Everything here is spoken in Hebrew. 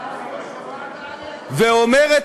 ואומרת